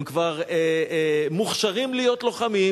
הם כבר מוכשרים להיות לוחמים,